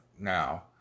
Now